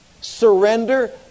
Surrender